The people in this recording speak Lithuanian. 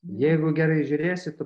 jeigu gerai žiūrėsi tu